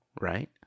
right